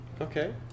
Okay